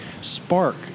spark